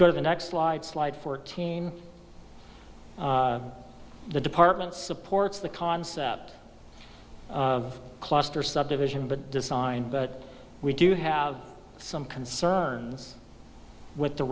to the next slide slide fourteen the department supports the concept of cluster subdivision but designed but we do have some concerns with the